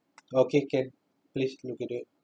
okay can please look at it